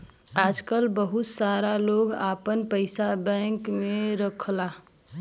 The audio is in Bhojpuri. आजकल बहुत सारे लोग आपन पइसा बैंक में रखला